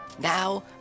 Now